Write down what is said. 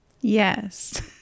Yes